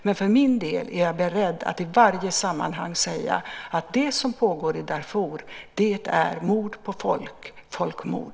Men för min del är jag beredd att i varje sammanhang säga att det som pågår i Darfur är mord på folk, folkmord.